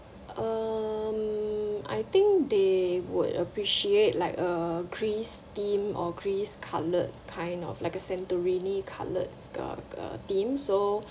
um I think they would appreciate like a greece theme or greece coloured kind of like uh santorini coloured uh uh theme so